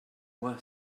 moi